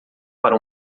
para